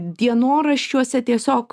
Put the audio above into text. dienoraščiuose tiesiog